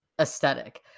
aesthetic